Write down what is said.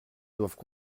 doivent